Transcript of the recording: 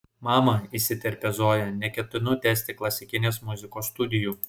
mama įsiterpia zoja neketinu tęsti klasikinės muzikos studijų